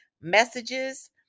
messages